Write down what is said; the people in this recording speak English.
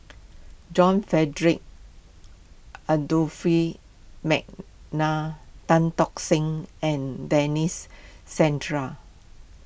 John Frederick Adolphus McNair Tan Tock Seng and Denis Santry